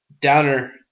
downer